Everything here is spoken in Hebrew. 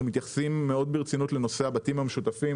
אנחנו מתייחסים מאוד ברצינות לנושא הבתים המשותפים.